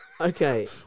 okay